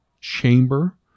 chamber